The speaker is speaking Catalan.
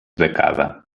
becada